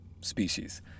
species